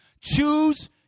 Choose